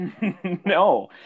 No